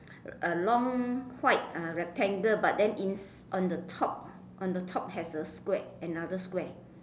a long white uh rectangle but then ins~ on the top on the top has a square another square